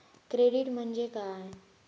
Credit म्हणजे काय?